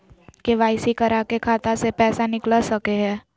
KYC करा के खाता से पैसा निकल सके हय?